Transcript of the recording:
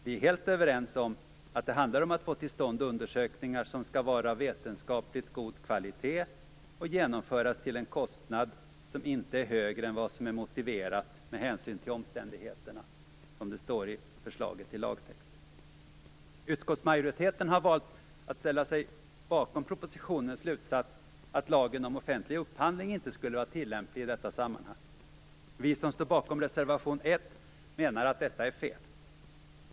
Vi är helt överens om att det handlar om att få till stånd undersökningar som skall vara av vetenskapligt god kvalitet och genomföras till en kostnad som inte är högre än vad som är motiverat med hänsyn till omständigheterna, som det står i förslaget till lagtext. Utskottsmajoriteten har valt att ställa sig bakom propositionens slutsats att lagen om offentlig upphandling inte skall vara tillämplig i detta sammanhang. Vi som står bakom reservation 1 menar att detta är fel.